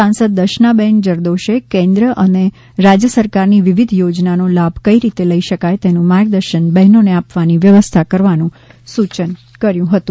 સાંસદ દર્શનાબેન જરદોશે કેન્દ્ર અને રાજ્ય સરકારની વિવિધ યોજનાનો લાભ કઈ રીતે લઈ શકાય તેનું માર્ગદર્શન બહેનોને આપવાની વ્યવસ્થા કરવાનું સૂચન કર્યું હતું